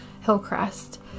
Hillcrest